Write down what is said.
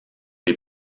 les